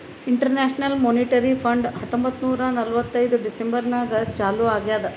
international monetary fund ಹತ್ತೊಂಬತ್ತ್ ನೂರಾ ನಲ್ವತ್ತೈದು ಡಿಸೆಂಬರ್ ನಾಗ್ ಚಾಲೂ ಆಗ್ಯಾದ್